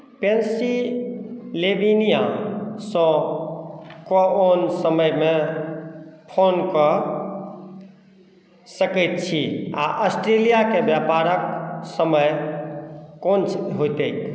पेन्सीलेविनियासँ कोन समयमे फोन कऽ सकैत छी आ आस्ट्रेलियाक व्यापारक समय कोन छै होयतैक